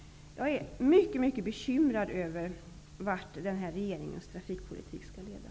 Jag är mycket bekymrad över vart denna regeringens trafikpolitik skall leda.